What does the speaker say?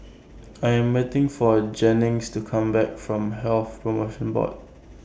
I Am waiting For Jennings to Come Back from Health promotion Board